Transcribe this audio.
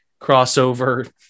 crossover